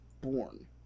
Born